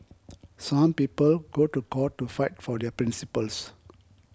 some people go to court to fight for their principles